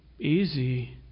easy